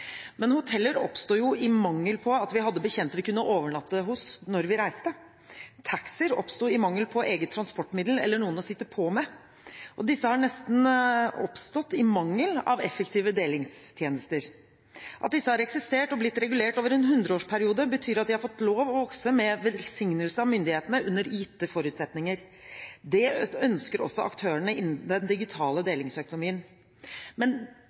Men hoteller oppsto jo i mangel av at vi hadde bekjente vi kunne overnatte hos når vi reiste. Taxier oppsto i mangel av eget transportmiddel eller noen å sitte på med. Disse har oppstått nesten i mangel av effektive delingstjenester. At disse har eksistert og er blitt regulert over en hundreårsperiode, betyr at de har fått lov til å vokse, med velsignelse av myndighetene, under gitte forutsetninger. Det ønsker også aktørene innen den digitale delingsøkonomien. Men